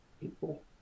people